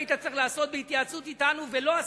היית צריך לעשות בהתייעצות אתנו ולא עשית.